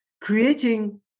creating